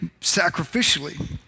sacrificially